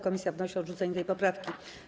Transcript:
Komisja wnosi o odrzucenie tej poprawki.